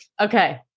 Okay